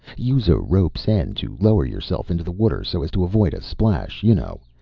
use a rope's end to lower yourself into the water so as to avoid a splash you know.